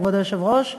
כבוד היושב-ראש,